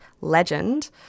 legend